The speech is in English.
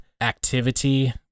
activity